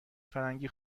فرنگی